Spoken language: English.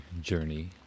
journey